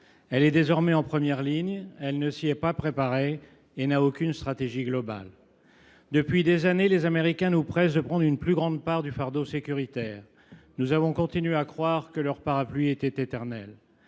sol. Désormais en première ligne, elle ne s’y est pas préparée et n’a aucune stratégie globale. Depuis des années, les Américains nous pressent de prendre une plus grande part du fardeau sécuritaire. Nous avons continué à croire que leur parapluie serait éternel